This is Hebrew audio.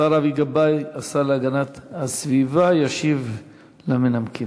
השר אבי גבאי, השר להגנת הסביבה, ישיב למנמקים.